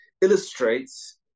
illustrates